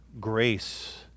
grace